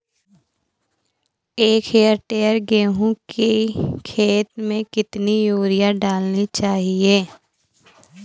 एक हेक्टेयर गेहूँ की खेत में कितनी यूरिया डालनी चाहिए?